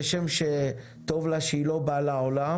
כשם שטוב לה שהיא לא באה לעולם,